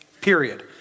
Period